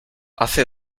hace